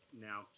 now